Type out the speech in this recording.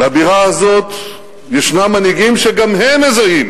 בבירה הזאת ישנם מנהיגים שגם הם מזהים